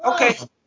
Okay